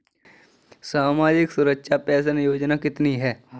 सामाजिक सुरक्षा पेंशन योजना कितनी हैं?